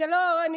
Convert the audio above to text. קחי עוד שתי דקות,